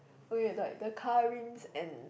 we are like the car rims and